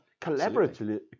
collaboratively